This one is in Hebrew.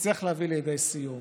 נצטרך להביא לידי סיום.